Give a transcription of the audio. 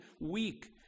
weak